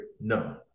No